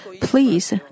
please